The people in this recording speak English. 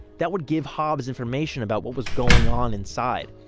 that would give hobbs information about what was going on inside,